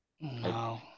No